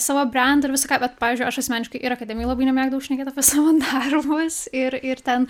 savo brendą ir visą ką bet pavyzdžiui aš asmeniškai ir akademijoj labai nemėgdavau šnekėt apie savo darbus ir ir ten